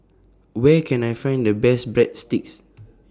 Where Can I Find The Best Breadsticks